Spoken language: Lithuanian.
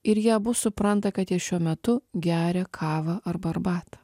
ir jie abu supranta kad jie šiuo metu geria kavą arba arbatą